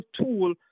tool